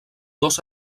dos